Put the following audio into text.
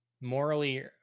morally